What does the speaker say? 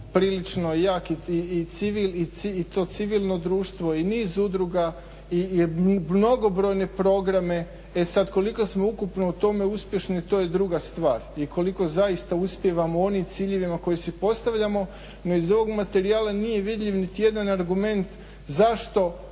prilično jak i to civilno društvo i niz udruga i mnogobrojene programe. E sada koliko smo ukupno u tome uspješni to je druga stvar i koliko zaista uspijevamo u onim ciljevima koje si postavljamo. No iz ovog materijala nije vidljiv niti jedan argument zašto